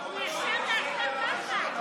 הוא ישב ועשה ככה.